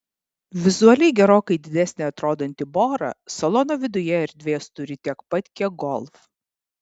vizualiai gerokai didesnė atrodanti bora salono viduje erdvės turi tiek pat kiek golf